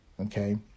Okay